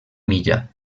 milla